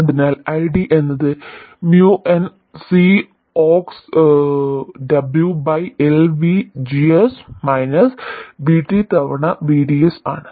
അതിനാൽ ID എന്നത് mu n C ox W by LVGS minus VT തവണ VDS ആണ്